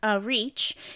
reach